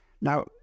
Now